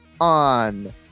on